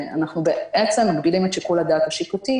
אנחנו בעצם מגבילים את שיקול הדעת השיפוטי.